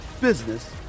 business